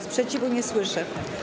Sprzeciwu nie słyszę.